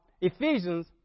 Ephesians